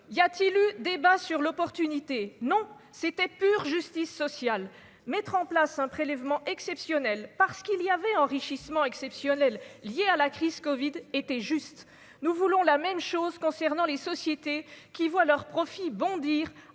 y a-t-il eu débat sur l'opportunité, non c'était pure justice sociale, mettre en place un prélèvement exceptionnel parce qu'il y avait enrichissement exceptionnel liés à la crise Covid était juste, nous voulons la même chose concernant les sociétés qui voient leurs profits bondir